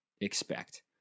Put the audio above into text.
expect